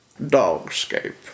Dogscape